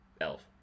Elf